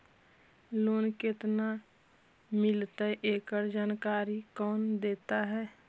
Loan केत्ना मिलतई एकड़ जानकारी कौन देता है?